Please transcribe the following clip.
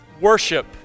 worship